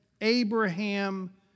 Abraham